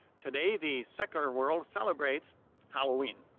today, the secular world celebrates halloween,